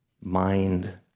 mind